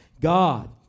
God